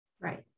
Right